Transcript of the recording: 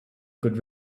could